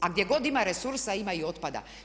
A gdje god ima resursa ima i otpada.